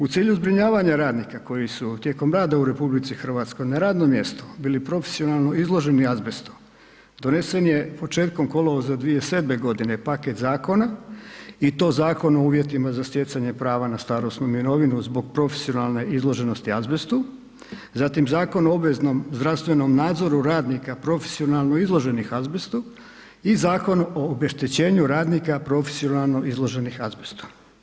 U cilju zbrinjavanja radnika koji su tijekom rada u RH na radnom mjestu bili profesionalno izloženi azbestu, donesen je početkom kolovoza 2007. g. paket zakona i to Zakon o uvjetima za stjecanje prava na starosnu mirovinu zbog profesionalne izloženosti azbesti, zatim Zakon o obveznom zdravstvenom nadzoru radnika profesionalno izloženih azbestu i Zakon o obeštećenju radnika profesionalno izloženih azbestu.